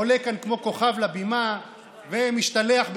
עולה כאן כמו כוכב לבימה ומשתלח בכולם: